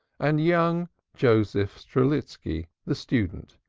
and young joseph strelitski, the student,